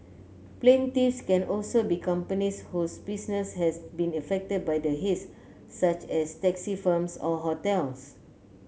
plaintiffs can also be companies whose business has been affected by the haze such as taxi firms or hotels